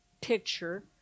picture